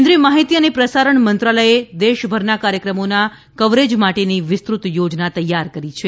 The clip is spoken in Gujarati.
કેન્દ્રીય માહિતી અને પ્રસારણ મંત્રાલયે દેશભરના કાર્યક્રમોના કવરેજ માટેની વિસ્તૃત યોજના તૈયાર કરી છે